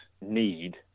need